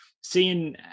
seeing